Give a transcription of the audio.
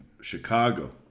Chicago